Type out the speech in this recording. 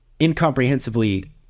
incomprehensibly